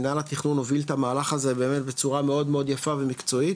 מנהל התכנון הוביל את המהלך הזה באמת בצורה מאוד יפה ומקצועית,